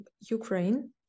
Ukraine